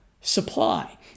supply